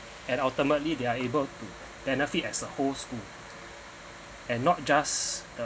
and ultimately they are able to benefit as the school and not just